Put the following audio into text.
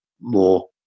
more